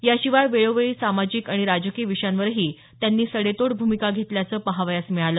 याशिवाय वेळोवेळी सामाजिक आणि राजकीय विषयांवरही त्यांनी सडेतोड भूमिका घेतल्याचे पाहावयास मिळाले